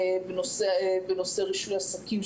בנושא רישוי עסקים,